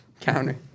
Counter